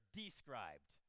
described